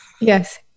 Yes